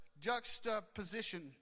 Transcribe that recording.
juxtaposition